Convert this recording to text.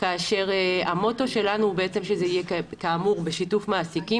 כאשר המוטו שלנו הוא בעצם שזה יהיה כאמור בשיתוף מעסיקים,